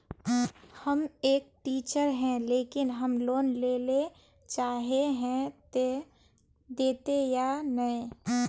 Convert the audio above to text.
हम एक टीचर है लेकिन हम लोन लेले चाहे है ते देते या नय?